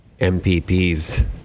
MPPs